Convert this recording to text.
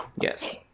Yes